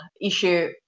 issue